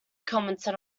commented